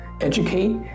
educate